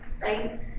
right